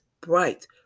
bright